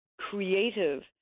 creative